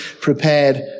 prepared